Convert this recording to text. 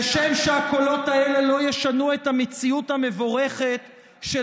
כשם שהקולות האלה לא ישנו את המציאות המבורכת של